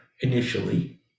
initially